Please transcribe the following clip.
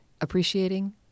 appreciating